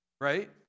right